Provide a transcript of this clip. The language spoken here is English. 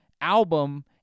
album